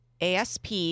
ASP